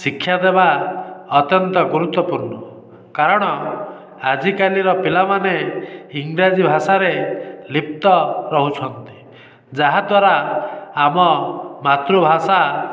ଶିକ୍ଷା ଦେବା ଅତ୍ୟନ୍ତ ଗୁରୁତ୍ବପୂର୍ଣ୍ଣ କାରଣ ଆଜିକାଲିର ପିଲାମାନେ ଇଂରାଜୀ ଭାଷାରେ ଲିପ୍ତ ରହୁଛନ୍ତି ଯାହାଦ୍ୱାରା ଆମ ମାତୃଭାଷା